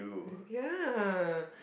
ya